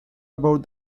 about